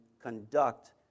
conduct